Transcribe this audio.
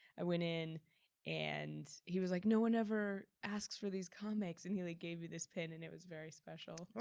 i went in and he was like, no one ever asks for these comics, and he like gave me this pin and it was very special. oh,